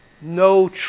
No